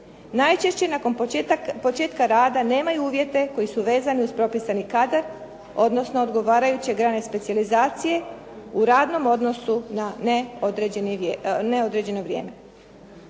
najčešće nakon početka rada nemaju uvjete koji su vezani uz propisani kadar, odnosno odgovarajuće grane specijalizacije u radnom odnosu na neodređeno vrijeme.